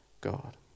God